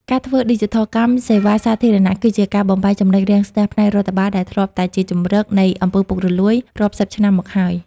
ការធ្វើឌីជីថលកម្មសេវាសាធារណៈ គឺជាការបំបែក ចំណុចរាំងស្ទះ ផ្នែករដ្ឋបាល ដែលធ្លាប់តែជាជម្រកនៃ អំពើពុករលួយ រាប់សិបឆ្នាំមកហើយ។